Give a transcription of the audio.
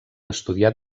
estudià